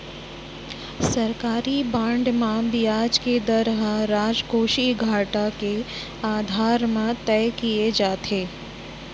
सरकारी बांड म बियाज के दर ह राजकोसीय घाटा के आधार म तय किये जाथे